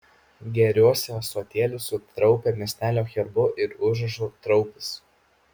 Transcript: gėriuosi ąsotėliu su traupio miestelio herbu ir užrašu traupis